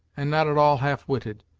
and not at all half-witted,